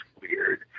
weird